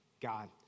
God